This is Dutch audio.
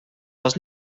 was